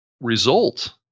result